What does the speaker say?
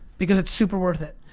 because it's super worth it.